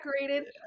decorated